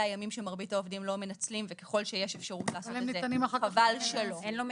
הימים שמרבית העובדים לא מנצלים וככל שיש אפשרות לעשות את זה חבל שלא.